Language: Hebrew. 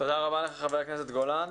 תודה רבה לך חבר הכנסת גולן.